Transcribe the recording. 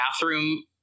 bathroom